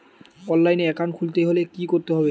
অনলাইনে একাউন্ট খুলতে হলে কি করতে হবে?